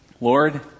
Lord